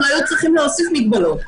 לא היו צריכים להוסיף מגבלות.